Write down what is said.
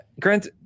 Grant